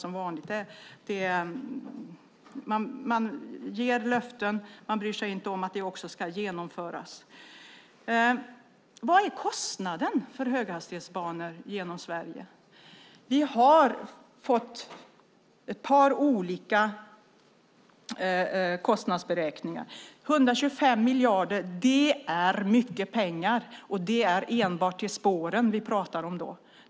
De ger löften men bryr sig inte om att detta också ska genomföras. Vad är kostnaden för höghastighetsbanor genom Sverige? Vi har fått ett par olika kostnadsberäkningar. 125 miljarder är mycket pengar, och då pratar vi enbart om spåren.